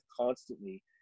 constantly